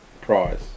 prize